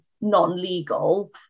non-legal